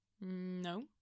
No